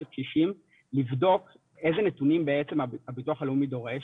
של קשישים לבדוק אילו נתונים בעצם ביטוח הלאומי דורש,